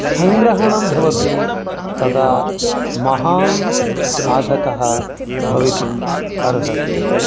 सङ्ग्रहणं भवति तदा महान् साधकः भवितुम् अर्हति